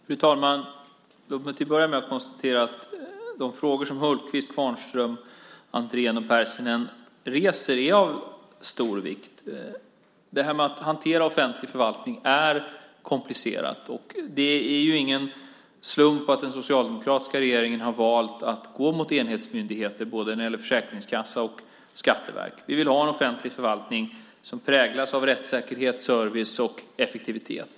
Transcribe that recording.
Fru talman! Låt mig till att börja med konstatera att de frågor som Hultqvist, Kvarnström, Andrén och Pärssinen reser är av stor vikt. Att hantera offentlig förvaltning är komplicerat. Det är ingen slump att den socialdemokratiska regeringen har valt att gå mot enhetsmyndigheter, både när det gäller försäkringskassa och skatteverk. Vi vill ha en offentlig förvaltning som präglas av rättssäkerhet, service och effektivitet.